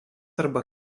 arba